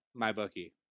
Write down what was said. MyBookie